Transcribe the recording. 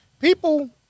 people